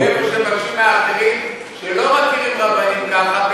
איפה שמבקשים מאחרים שלא מכירים רבנים ככה,